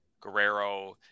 Guerrero